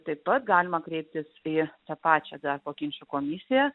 taip pat galima kreiptis į tą pačią darbo ginčų komisiją